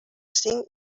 cinc